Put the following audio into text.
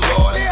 Lord